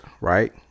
Right